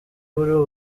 buriho